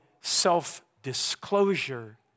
self-disclosure